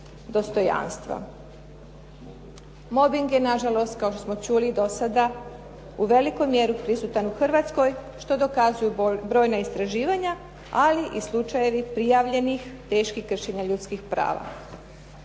Mobing je nažalost, kao što smo čuli dosada, u velikoj mjeri prisutan u Hrvatskoj što dokazuju brojna istraživanja, ali i slučajevi prijavljenih teških kršenja ljudskih prava.